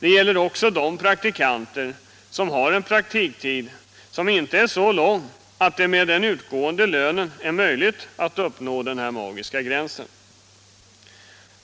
Det gäller också de praktikanter som har en praktiktid som inte är så lång att det med den utgående lönen är möjligt att uppnå denna magiska gräns.